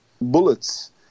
bullets